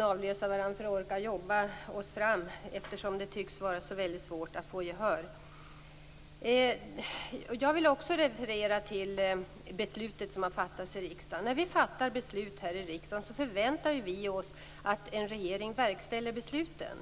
avlöser varandra för att orka jobba med frågan, eftersom det tycks vara så svårt att få gehör. Jag vill också referera till beslutet som har fattats i riksdagen. När vi fattar beslut i riksdagen förväntar vi oss att en regering verkställer besluten.